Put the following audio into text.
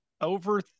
over